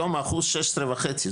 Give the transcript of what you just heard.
היום האחוז שש עשרה וחצי.